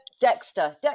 Dexter